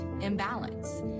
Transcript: imbalance